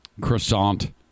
croissant